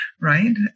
right